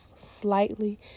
Slightly